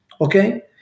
Okay